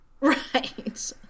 Right